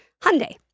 Hyundai